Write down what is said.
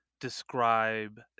describe